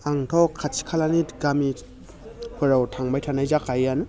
आंथ' खाथि खालानि गामिफोराव थांबाय थानाय जाखायोआनो